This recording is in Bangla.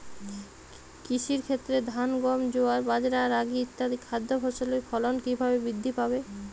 কৃষির ক্ষেত্রে ধান গম জোয়ার বাজরা রাগি ইত্যাদি খাদ্য ফসলের ফলন কীভাবে বৃদ্ধি পাবে?